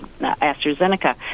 AstraZeneca